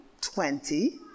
twenty